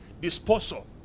disposal